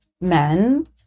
men